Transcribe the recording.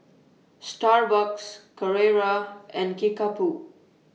Starbucks Carrera and Kickapoo